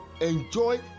enjoy